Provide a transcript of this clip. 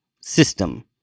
system